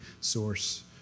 source